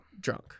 drunk